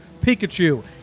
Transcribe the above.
Pikachu